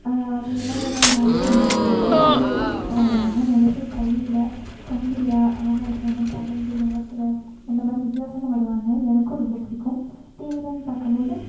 அதில் எல்லா விதமான டான்ஸும் யூஸ் பண்ணுவாங்க ஒவ்வொருத்தரும் சூப்பக ஆடுவாங்க நிறையா பேர் கயிறுல கம்பியில ஆகாயத்தில் என்ன பறந்து நிலத்துல அந்த மாதிரி வித்தியாசமாக ஆடுவாங்க எனக்கும் ரொம்ப பிடிக்கும் டிவிலன்னு பார்க்கம்போது